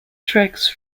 tracks